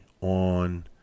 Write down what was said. on